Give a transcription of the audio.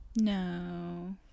No